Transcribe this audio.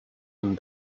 and